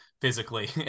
physically